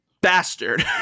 bastard